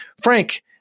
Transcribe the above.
Frank